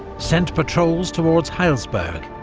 sent patrols towards heilsberg,